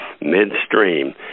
Midstream